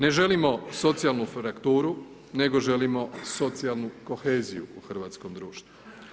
Ne želimo socijalnu frakturu, nego želimo socijalnu koheziju u hrvatskom društvu.